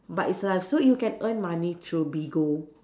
but it's live so you can earn money through Bigo